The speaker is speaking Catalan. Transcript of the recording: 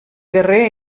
guerrer